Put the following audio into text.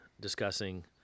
discussing